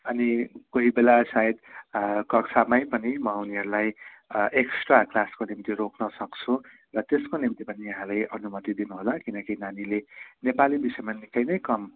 अनि कोही बेला सायद कक्षामै पनि म उनीहरूलाई एक्स्ट्रा क्लासको निम्ति रोक्न सक्छु र त्यसको निम्ति पनि यहाँले अनुमति दिनुहोला किनकि नानीले नेपाली विषयमा निकै नै कम